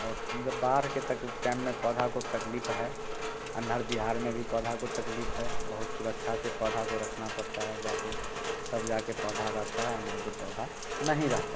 और अंदर बहार है तो तकलीफ़ है में भी पौधे को तकलीफ़ है बहुत सुरक्षा से पौधे को रखना बताया जाए तब जा कर पौधा रहता है नहीं तो पौधा नहीं रहता